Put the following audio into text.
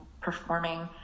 performing